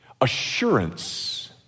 Assurance